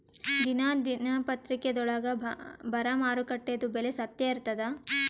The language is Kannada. ದಿನಾ ದಿನಪತ್ರಿಕಾದೊಳಾಗ ಬರಾ ಮಾರುಕಟ್ಟೆದು ಬೆಲೆ ಸತ್ಯ ಇರ್ತಾದಾ?